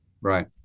Right